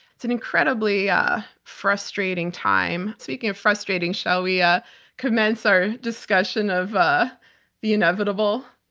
it's an incredibly yeah frustrating time. speaking of frustrating, shall we ah commence our discussion of ah the inevitable?